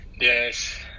Yes